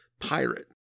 Pirate